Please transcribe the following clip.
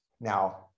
Now